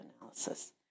analysis